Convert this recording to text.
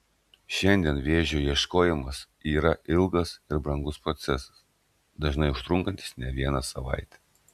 šiandien vėžio ieškojimas yra ilgas ir brangus procesas dažnai užtrunkantis ne vieną savaitę